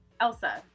Elsa